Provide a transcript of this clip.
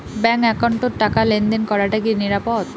Bank একাউন্টত টাকা লেনদেন করাটা কি নিরাপদ?